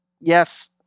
yes